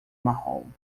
marrom